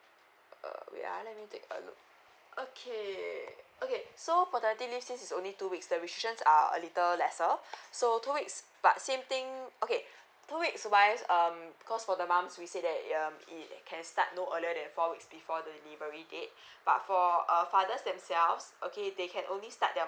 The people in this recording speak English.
err wait ah let me take a look okay okay so paternity leave since is only two weeks the restrictions are a little lesser so two weeks but same thing okay two weeks wise um because for the moms we say that um it can start no earlier than four weeks before the delivery date but for uh fathers themselves okay they can only start their